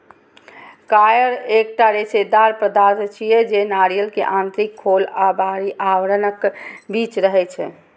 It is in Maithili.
कॉयर एकटा रेशेदार पदार्थ छियै, जे नारियल के आंतरिक खोल आ बाहरी आवरणक बीच रहै छै